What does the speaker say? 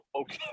okay